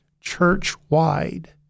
church-wide